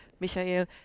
Michael